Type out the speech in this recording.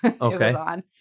okay